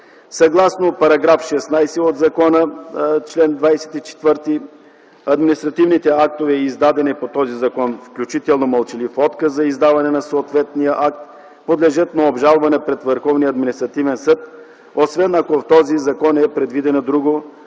Съгласно § 16, чл. 24 от закона административните актове, издадени по този закон, включително мълчалив отказ за издаване на съответния акт, подлежат на обжалване пред Върховния административен съд, освен ако в този закон не е предвидено друго.